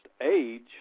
age